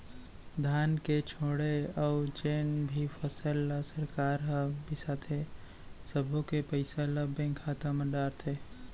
धान के छोड़े अउ जेन भी फसल ल सरकार ह बिसाथे सब्बो के पइसा ल बेंक खाता म डारथे